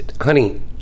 Honey